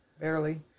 Barely